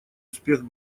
успех